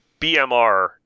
BMR